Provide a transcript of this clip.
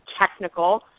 technical